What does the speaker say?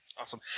Awesome